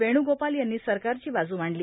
वेणूगोपाल यांनी सरकारची बाजू मांडली